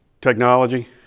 technology